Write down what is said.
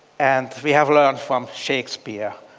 and we have learned from shakespeare,